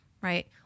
right